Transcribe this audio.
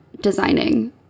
designing